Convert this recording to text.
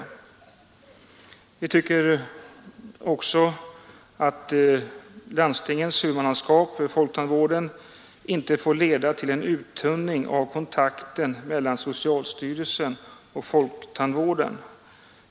Reservanten anser också att landstingets huvudmannaskap över folktandvården inte får leda till en uttunning av kontakten mellan socialstyrelsen och folktandvården.